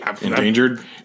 Endangered